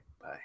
bye